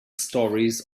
stories